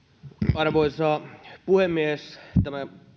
arvoisa puhemies tämä